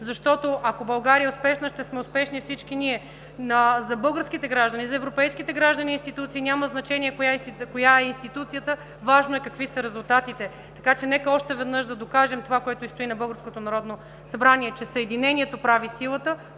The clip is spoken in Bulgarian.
защото, ако България е успешна, ще сме успешни всички ние. За българските граждани, за европейските граждани и институции няма значение коя е институцията. Важно е какви са резултатите. Така че нека още веднъж да докажем това, което стои на българското Народно събрание, че „Съединението прави силата“,